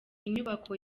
inyubako